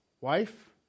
wife